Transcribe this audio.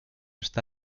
está